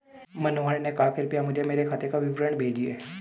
मनोहर ने कहा कि कृपया मुझें मेरे खाते का विवरण भेजिए